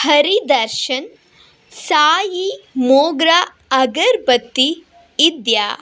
ಹರಿ ದರ್ಶನ್ ಸಾಯಿ ಮೋಗ್ರಾ ಅಗರಬತ್ತಿ ಇದೆಯಾ